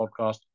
podcast